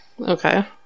Okay